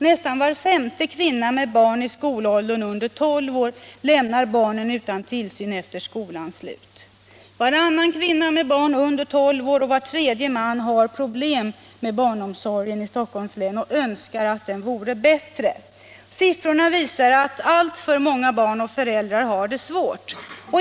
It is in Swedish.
Nästan var femte kvinna med barn i skolåldern under tolv år lämnar barnen utan tillsyn efter skolans slut. Varannan kvinna med barn under tolv år och var tredje man har problem med barnomsorgen i Stockholms län och önskar att den vore bättre. Uppgifterna visar att alltför många barn och föräldrar har det svårt.